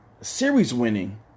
series-winning